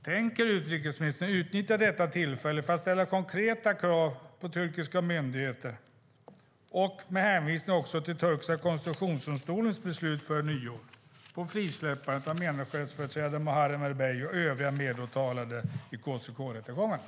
Tänker utrikesministern utnyttja detta tillfälle till att ställa konkreta krav på turkiska myndigheter - med hänvisning också till den turkiska konstitutionsdomstolens beslut före nyår - på frisläppandet av människorättsföreträdaren Muharrem Erbey och övriga medåtalade i KCK-rättegångarna?